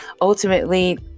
ultimately